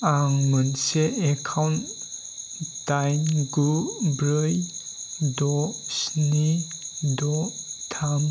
आं मोनसे एकाउन्ट दाइन गु ब्रै द' स्नि द' थाम